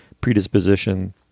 predisposition